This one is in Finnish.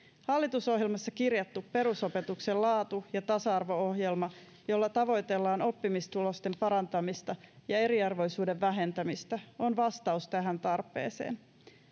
hallitusohjelmassa kirjattu perusopetuksen laatu ja tasa arvo ohjelma jolla tavoitellaan oppimistulosten parantamista ja eriarvoisuuden vähentämistä on vastaus tähän tarpeeseen